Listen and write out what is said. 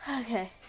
Okay